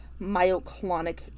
myoclonic